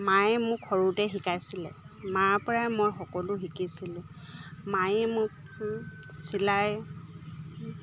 মায়ে মোক সৰুতে শিকাইছিলে মাৰপৰাই মই সকলো শিকিছিলোঁ মায়ে মোক চিলাই